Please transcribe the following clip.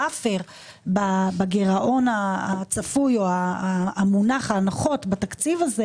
באפר בגירעון המונח בתקציב הזה